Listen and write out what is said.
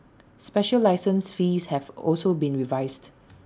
special license fees have also been revised